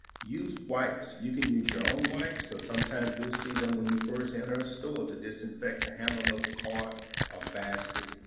use wipes, you can use your own wipes, or sometimes you'll see them when you first enter a store to disinfect the handle of the cart or basket.